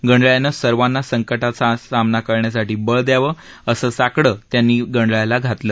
गणरायानं सर्वांना संकटांचा सामना करण्यासाठी बळ द्यावं असं साकडं त्यांनी गणरायाला घातलं